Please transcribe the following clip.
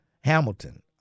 Hamilton